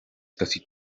casi